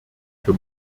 für